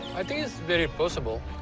i think it's very possible.